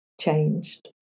changed